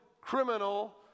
criminal